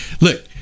look